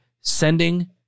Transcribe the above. sending